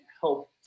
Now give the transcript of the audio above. help